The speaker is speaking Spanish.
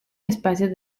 espacio